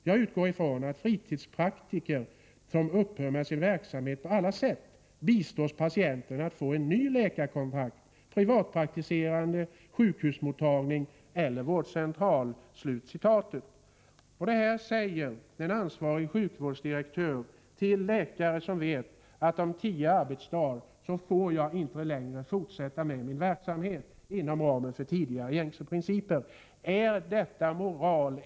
Jag utgår från att fritidspraktiker som upphör med sin verksamhet på alla sätt bistår patienten att få en ny läkarkontakt — privatpraktiserande, sjukhusmottagning eller vårdcentral.” Detta säger alltså en ansvarig sjukvårdsdirektör till läkare som vet att de om tio arbetsdagar inte längre får fortsätta med sin verksamhet enligt tidigare gängse principer. Är detta moral?